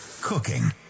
cooking